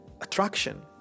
attraction